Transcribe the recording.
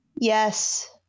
Yes